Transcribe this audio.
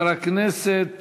חבר הכנסת